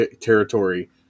territory